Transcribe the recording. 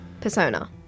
Persona